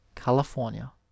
California